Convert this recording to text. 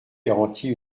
garantit